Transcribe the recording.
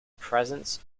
presence